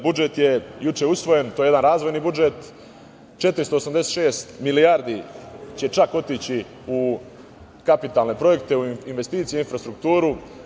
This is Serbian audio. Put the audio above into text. Budžet je juče usvojen, to je jedan razvojni budžet, 486 milijardi će otići u kapitalne projekte, u investicije, u infrastrukturu.